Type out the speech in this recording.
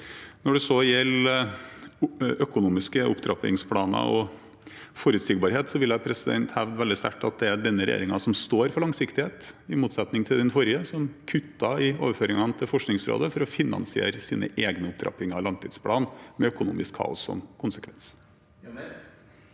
Når det gjelder økonomiske opptrappingsplaner og forutsigbarhet, vil jeg veldig sterkt hevde at det er denne regjeringen som står for langsiktighet – i motsetning til den forrige, som kuttet i overføringene til Forskningsrådet for å finansiere sin egen opptrapping av langtidsplanen, med økonomisk kaos som konsekvens.